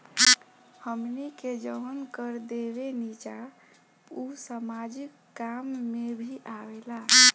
हमनी के जवन कर देवेनिजा उ सामाजिक काम में भी आवेला